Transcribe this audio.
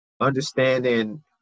Understanding